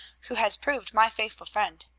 who has proved my faithful friend.